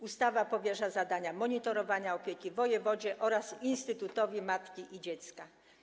Ustawa powierza zadania monitorowania opieki wojewodzie oraz Instytutowi Matki i Dziecka.